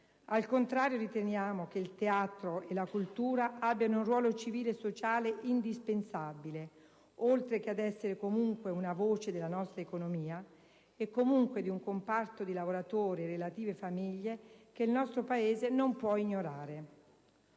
Al contrario, riteniamo che il teatro e la cultura abbiano un ruolo civile e sociale indispensabile, oltre che essere comunque una voce della nostra economia e comunque di un comparto di lavoratori e relative famiglie che il nostro Paese non può ignorare.